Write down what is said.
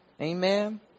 Amen